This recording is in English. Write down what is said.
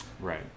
Right